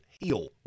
heal